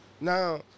now